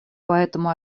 поэтому